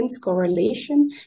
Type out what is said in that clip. correlation